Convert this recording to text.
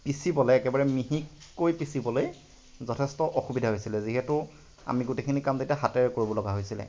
পিঁচিবলৈ একেবাৰে মিহিকৈ পিঁচিবলৈ যথেষ্ট অসুবিধা হৈছিলে যিহেতু আমি গোটেইখিনি কাম তেতিয়া হাতেৰে কৰিব লগা হৈছিলে